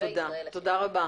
תודה רבה.